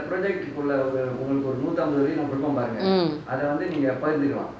mm